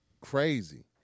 crazy